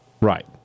Right